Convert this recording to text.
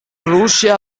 russia